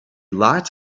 light